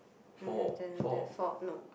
four no